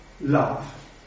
love